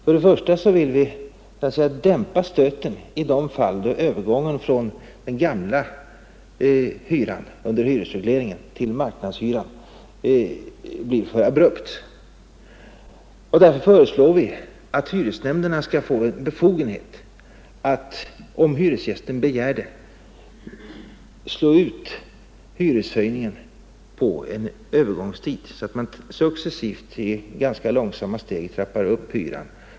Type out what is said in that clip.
För det första vill vi dämpa stöten i de fall då övergången från den gamla hyran under hyresregleringen till marknadshyran blir för abrupt. Därför föreslår vi att hyresnämndena skall få befogenhet att om hyresgästen begär det slå ut hyreshöjningen på en övergångstid, så att man successivt i ganska långsamma steg trappar upp hyran.